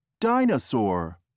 Dinosaur